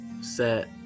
set